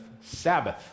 Sabbath